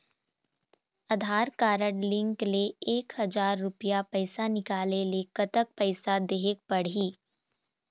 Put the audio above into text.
आधार card link ले एक हजार रुपया पैसा निकाले ले कतक पैसा देहेक पड़ही?